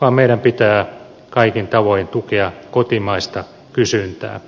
vaan meidän pitää kaikin tavoin tukea kotimaista kysyntää